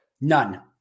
none